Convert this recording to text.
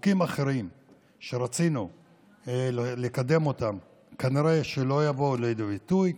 וחוקים אחרים שרצינו לקדם כנראה שלא יבואו לידי ביטוי,